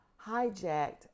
hijacked